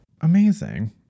Amazing